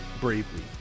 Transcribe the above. Bravely